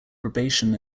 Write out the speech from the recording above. probation